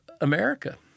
America